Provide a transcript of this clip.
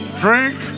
drink